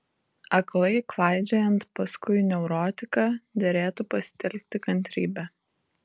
aklai klaidžiojant paskui neurotiką derėtų pasitelkti kantrybę